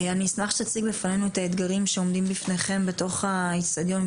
אני אשמח שתציג בפנינו את האתגרים שעומדים בפניכם בתוך האצטדיון,